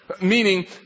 Meaning